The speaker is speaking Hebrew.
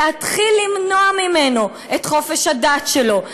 להתחיל למנוע ממנו את חופש הדת שלו,